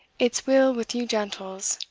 it s weel with you gentles,